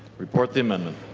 report the amendment.